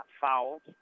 Fouled